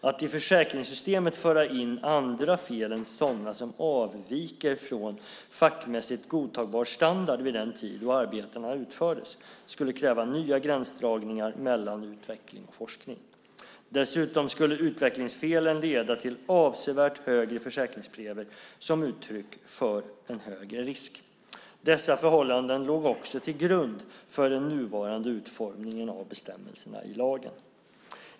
Att i försäkringssystemet föra in andra fel än sådana som avviker från fackmässigt godtagbar standard vid den tid då arbetena utfördes skulle kräva nya gränsdragningar mellan utveckling och forskning. Dessutom skulle utvecklingsfelen leda till avsevärt högre försäkringspremier som uttryck för en högre risk. Dessa förhållanden låg också till grund för den nuvarande utformningen av bestämmelserna i lagen.